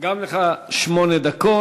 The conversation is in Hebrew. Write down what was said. גם לך שמונה דקות.